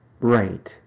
right